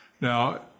Now